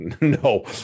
no